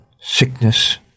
sickness